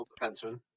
defenseman